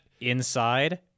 inside